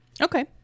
okay